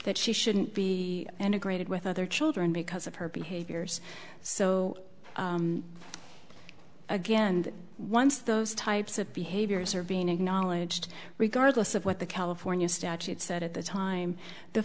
that she shouldn't be integrated with other children because of her behaviors so again once those types of behaviors are being acknowledged regardless of what the california statute said at the time the